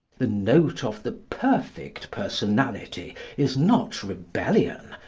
the note of the perfect personality is not rebellion,